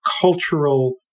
cultural